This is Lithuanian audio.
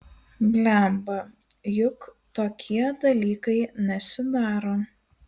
blemba juk tokie dalykai nesidaro